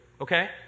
Okay